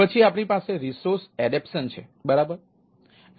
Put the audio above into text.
પછી આપણી પાસે રિસોર્સ એડેપ્શન છેબરાબર